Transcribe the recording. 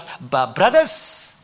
brothers